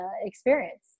experience